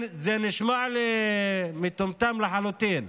זה נשמע לי מטומטם לחלוטין.